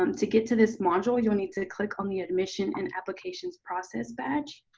um to get to this module, you'll need to click on the admissions and applications process badge.